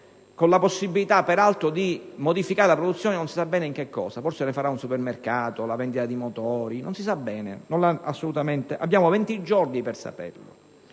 con la possibilità, peraltro, di modificare la produzione non si sa bene in cosa. Forse ne farà un supermercato o venderà motori, non lo sappiamo. Abbiamo 20 giorni per saperlo.